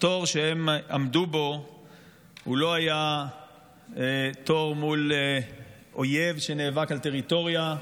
לא היה תור מול אויב שנאבק על טריטוריה,